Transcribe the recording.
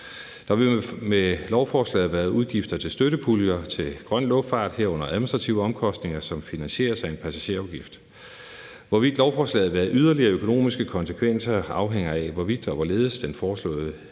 Der vil med lovforslaget være udgifter til støttepuljer til grøn luftfart, herunder administrative omkostninger, som finansieres af en passagerafgift. Hvorvidt lovforslaget vil have yderligere økonomiske konsekvenser afhænger af, hvorvidt og hvorledes den foreslåede lovhjemmel